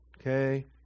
okay